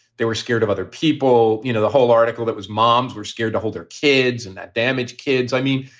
were scared of other people. you know, the whole article that was moms were scared to hold their kids and that damaged kids. i mean,